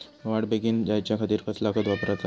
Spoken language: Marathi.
वाढ बेगीन जायच्या खातीर कसला खत वापराचा?